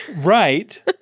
Right